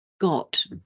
got